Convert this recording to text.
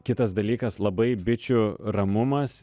kitas dalykas labai bičių ramumas